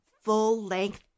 full-length